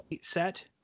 set